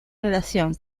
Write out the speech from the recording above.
relación